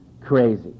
crazy